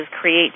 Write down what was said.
create